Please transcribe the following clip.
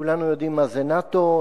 כולנו יודעים מה זה נאט"ו.